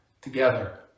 together